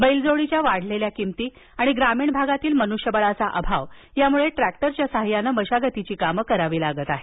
बैल जोडीच्या वाढलेल्या किंमती आणि ग्रामीण भागातील मनृष्यबळाचा अभाव यामुळे ट्रॅक्टरच्या सहाय्यानं मशागतीची कामं करावी लागत आहेत